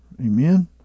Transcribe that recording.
Amen